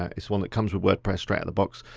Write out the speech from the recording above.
ah it's one that comes with wordpress straight out the box.